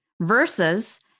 Versus